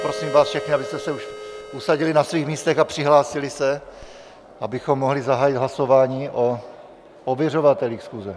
Poprosím vás všechny, abyste se už usadili na svých místech a přihlásili se, abychom mohli zahájil hlasování o ověřovatelích schůze.